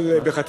שלך,